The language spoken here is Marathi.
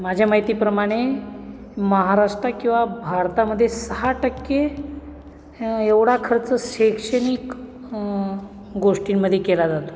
माझ्या माहितीप्रमाणे महाराष्ट्र किंवा भारतामध्ये सहा टक्के एवढा खर्च शैक्षणिक गोष्टींमध्ये केला जातो